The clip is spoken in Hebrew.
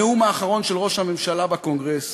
הנאום האחרון של ראש הממשלה בקונגרס